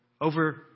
over